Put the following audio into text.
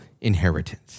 inheritance